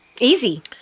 Easy